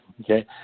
Okay